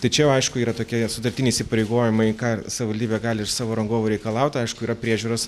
tai čia jau aišku yra tokie sutartiniai įsipareigojimai ką savivaldybė gali iš savo rangovo reikalaut aišku yra priežiūros